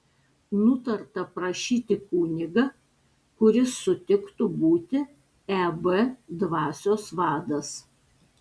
nutarta prašyti kunigą kuris sutiktų būti eb dvasios vadas